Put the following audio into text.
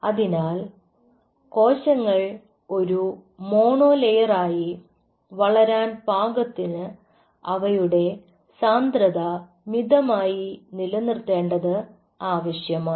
അതിനാൽ കോശങ്ങൾ ഒരു മോണോ ലെയറായി വളരാൻ പാകത്തിന് അവയുടെ സാന്ദ്രത മിതമായി നിലനിർത്തേണ്ടത് ആവശ്യമാണ്